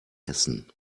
essen